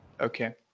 Okay